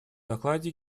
докладе